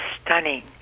Stunning